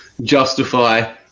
justify